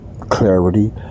clarity